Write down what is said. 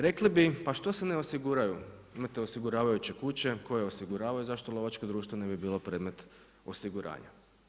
Rekli bi, pa što se ne osiguraju, imate osiguravajuće kuće koje osiguravaju zašto lovačko društvo ne bi bilo predmet osiguranja.